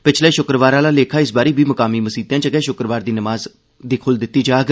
पिच्छले शुक्रवार आह्ला लेखा इस बारी बी मुकामी मसीतें च गै शुक्रवार दी नमाज़ दी खुल्ल दित्ती जाग